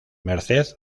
merced